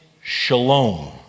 shalom